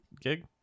gig